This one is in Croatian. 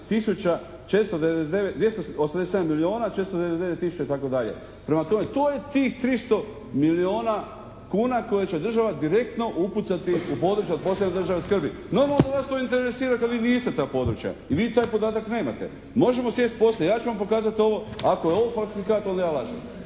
Prema tome, to je tih 300 milijuna kuna koje će država direktno upucati u područja od posebne državne skrbi. Normalno da vas to ne interesira kad vi niste ta područja i vi taj podatak nemate. Možemo sjesti poslije, ja ću vam pokazat ovo. Ako je ovo falscifikat onda ja lažem.